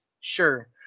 sure